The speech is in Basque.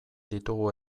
ditugu